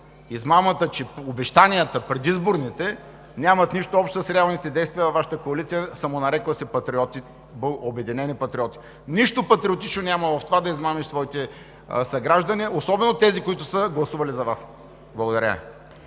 Измамата, че предизборните обещания нямат нищо общо с реалните действия във Вашата коалиция, самонарекла се „Обединени патриоти“. Нищо патриотично няма в това да измамиш своите съграждани, особено тези, които са гласували за Вас. Благодаря.